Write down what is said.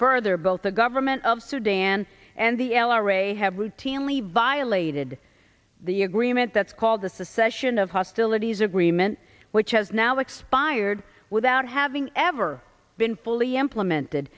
further both the government of sudan and the l r a have routinely violated the agreement that's called the secession of hostile liddy's agreement which has now expired without having ever been fully implemented